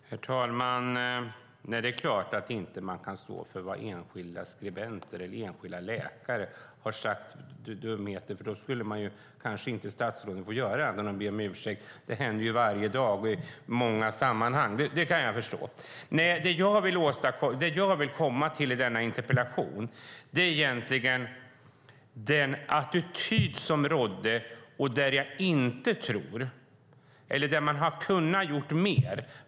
Herr talman! Det är klart att man inte kan stå för de dumheter som enskilda skribenter eller enskilda läkare har sagt. Då skulle statsråden kanske inte få göra annat än be om ursäkt. Det händer ju varje dag och i många sammanhang. Det kan jag förstå. Det jag vill komma åt med denna interpellation är egentligen den attityd som rådde. Man kunde ha gjort mer.